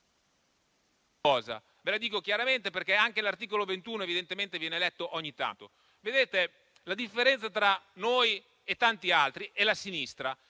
ve la dico chiaramente, perché anche l'articolo 21 evidentemente viene letto ogni tanto. Vedete, la differenza tra noi e tanti altri e la sinistra